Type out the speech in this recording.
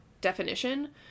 definition